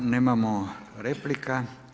Nemamo replika.